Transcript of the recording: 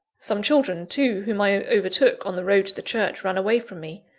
some children, too, whom i overtook on the road to the church, ran away from me,